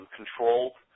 controlled